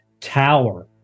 tower